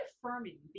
affirming